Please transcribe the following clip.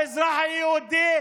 האזרח היהודי